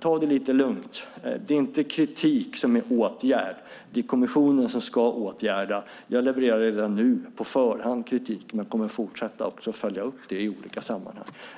Ta det lite lugnt! Det är inte kritik som är åtgärd. Det är kommissionen som ska åtgärda. Jag levererar kritik på förhand, men kommer att följa upp det i olika sammanhang.